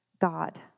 God